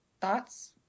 thoughts